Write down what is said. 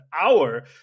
hour